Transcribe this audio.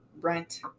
rent